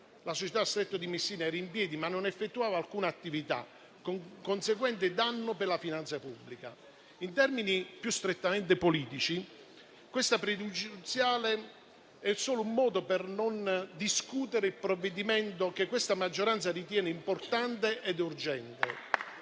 la società Stretto di Messina, che era in piedi ma non effettuava alcuna attività, con conseguente danno per la finanza pubblica. In termini più strettamente politici, la questione pregiudiziale in esame è solo un modo per non discutere un provvedimento che questa maggioranza ritiene importante ed